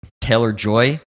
Taylor-Joy